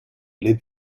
les